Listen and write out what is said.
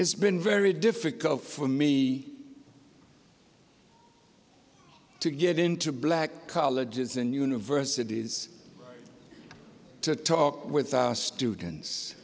it's been very difficult for me to get into black colleges and universities to talk with students